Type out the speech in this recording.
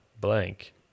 blank